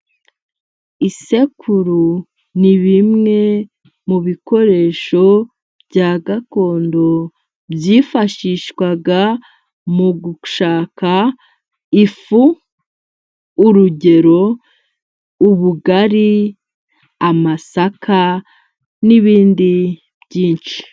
Isekuru ni bimwe mu bikoresho bya gakondo， byifashishwaga mu gushaka ifu， urugero ubugari， amasaka n'ibindi byinshi.